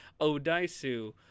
Odaisu